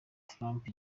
trump